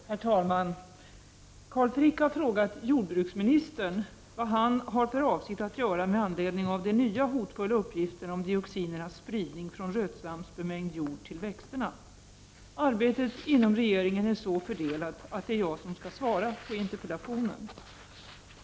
Herr talman! Carl Frick har frågat jordbruksministern vad han har för avsikt att göra med anledning av de nya hotfulla uppgifterna om dioxinernas spridning från rötslamsbemängd jord till växterna. Arbetet inom regeringen är så fördelat att det är jag som skall svara på interpellationen.